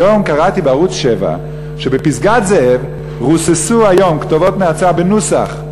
היום קראתי בערוץ 7 שבפסגת-זאב רוססו היום כתובות נאצה בנוסח,